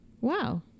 Wow